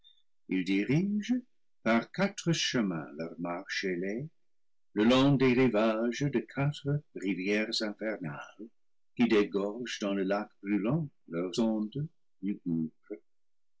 par quatre chemins leur marche ailée le long des rivages de quatre rivières infernales qui dégorgent dans le lac brûlant leurs ondes